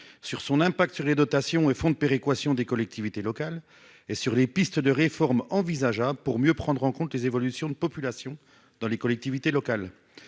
sur son impact sur les dotations et fonds de péréquation des collectivités locales et sur les pistes de réformes envisageables pour mieux prendre en compte les évolutions de population dans les collectivités locales.